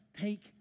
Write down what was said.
take